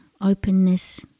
openness